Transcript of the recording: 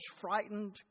frightened